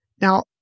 now